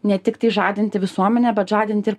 ne tiktai žadinti visuomenę bet žadinti ir